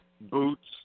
boots